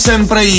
Sempre